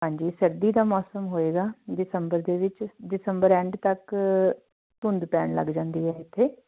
ਹਾਂਜੀ ਸਰਦੀ ਦਾ ਮੌਸਮ ਹੋਏਗਾ ਦਸੰਬਰ ਦੇ ਵਿੱਚ ਦਸੰਬਰ ਐਂਡ ਤੱਕ ਧੁੰਦ ਪੈਣ ਲੱਗ ਜਾਂਦੀ ਹੈ ਇੱਥੇ